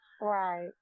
Right